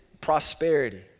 prosperity